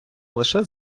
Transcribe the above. лише